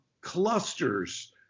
clusters